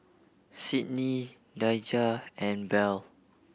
Cydney Daija and Bell